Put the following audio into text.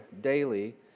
daily